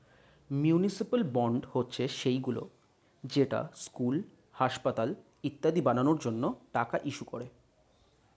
municipal bond হচ্ছে সেইগুলো যেটা স্কুল, হাসপাতাল ইত্যাদি বানানোর জন্য টাকা ইস্যু করে